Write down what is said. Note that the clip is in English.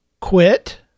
quit